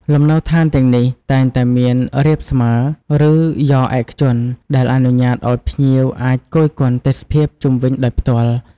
លំនៅដ្ឋានទាំងនេះតែងតែមានរាបស្មើរ ឬយ៉រឯកជន ដែលអនុញ្ញាតឲ្យភ្ញៀវអាចគយគន់ទេសភាពជុំវិញដោយផ្ទាល់។